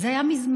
זה היה מזמן.